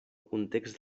context